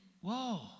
Whoa